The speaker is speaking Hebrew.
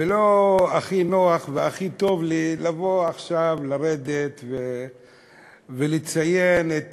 ולא הכי נוח והכי טוב לי לבוא עכשיו ולרדת ולציין את